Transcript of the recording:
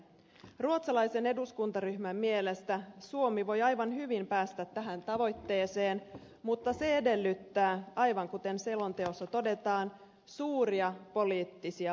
ruotsalaisen eduskuntaryhmän mielestä suomi voi aivan hyvin päästä tähän tavoitteeseen mutta se edellyttää aivan kuten selonteossa todetaan suuria poliittisia päätöksiä